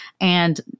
And-